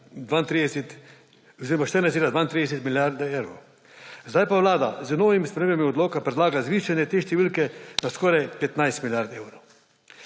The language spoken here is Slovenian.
14,32 milijarde evrov. Zdaj pa Vlada z novim spremembami odloka predlaga zvišanje te številke na skoraj 15 milijard evrov.